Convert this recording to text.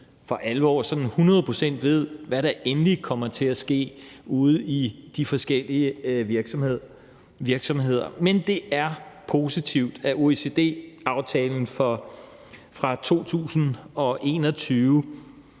for alvor og hundrede procent ved, hvad der endelig kommer til at ske ude i de forskellige virksomheder. Men det er positivt, at OECD-aftalen fra 2021